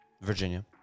Virginia